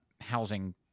housing